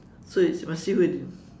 so it's must see who it